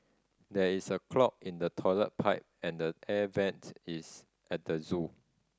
there is a clog in the toilet pipe and the air vents is at the zoo